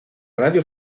radio